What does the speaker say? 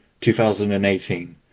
2018